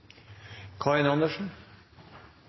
Karin Andersen